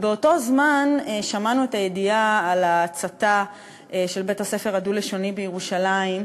ובאותו זמן שמענו את הידיעה על ההצתה של בית-הספר הדו-לשוני בירושלים.